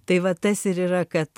tai va tas ir yra kad